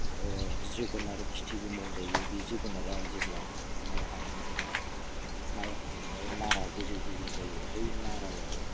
जोगोनार खिथिबो मावजायो बे जोगोनारा जेब्ला माइ हानायनि माइ हानायाव नारा गोजौ गोजौ जायो बै नारायाव